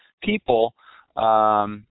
people